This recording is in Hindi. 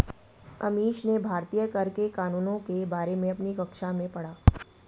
अमीश ने भारतीय कर के कानूनों के बारे में अपनी कक्षा में पढ़ा